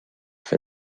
fer